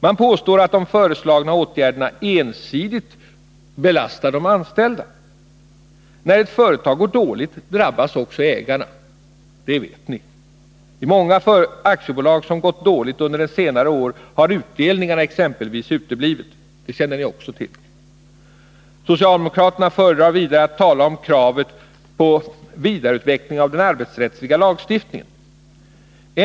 Man påstår att de föreslagna åtgärderna ensidigt belastar de anställda. När ett företag går dåligt drabbas också ägarna. Det vet kammarens ledamöter. I många aktiebolag, som gått dåligt under senare år, har utdelningar exempelvis uteblivit. Det känner ni också till. Socialdemokraterna föredrar vidare att tala om kravet på en vidareutveckling av den arbetsrättsliga lagstiftningen.